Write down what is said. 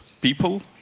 people